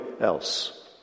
else